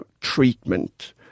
treatment